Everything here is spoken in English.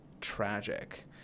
tragic